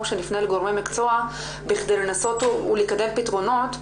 שנפנה לגורמי מקצוע בכדי לנסות ולקדם פתרונות,